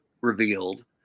revealed